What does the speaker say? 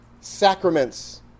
sacraments